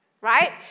right